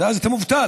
ואז אתה מובטל.